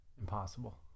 Impossible